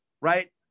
Right